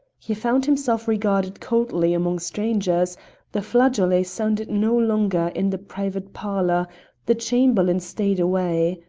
he found himself regarded coldly among strangers the flageolet sounded no longer in the private parlour the chamberlain stayed away.